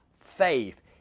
faith